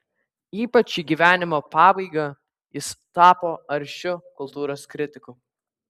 ypač į gyvenimo pabaigą jis tapo aršiu kultūros kritiku